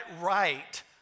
right